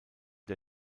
der